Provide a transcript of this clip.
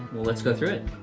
well let's go through it.